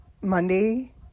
Monday